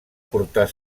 portar